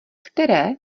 které